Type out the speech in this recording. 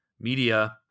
media